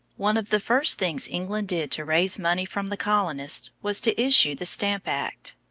one of the first things england did to raise money from the colonists, was to issue the stamp act.